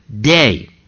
day